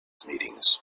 meetings